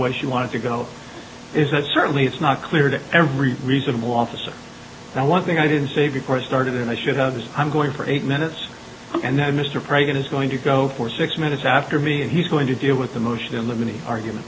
way she wanted to go is that certainly it's not clear to every reasonable officer that one thing i didn't say before i started and i should have is i'm going for eight minutes and then mr president is going to go for six minutes after me and he's going to deal with the motion in limine the argument